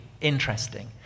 interesting